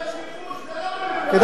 כשיש כיבוש זה לא דמוקרטיה.